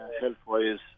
health-wise